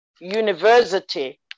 university